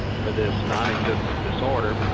for this non-existent disorder,